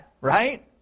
right